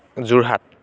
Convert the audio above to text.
Jorhat